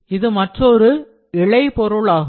இது மற்றொரு இழை பொருளாகும்